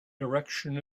direction